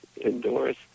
indoors